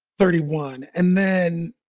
thirty one, and then